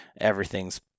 everything's